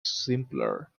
simpler